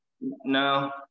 No